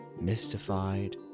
mystified